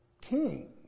king